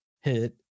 hit